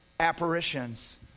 Apparitions